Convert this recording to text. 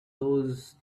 those